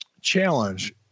challenge